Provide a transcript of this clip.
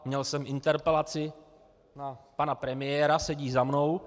Měl jsem interpelaci na pana premiéra, sedí za mnou.